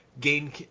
gain